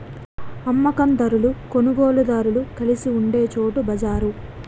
అమ్మ కందారులు కొనుగోలుదారులు కలిసి ఉండే చోటు బజారు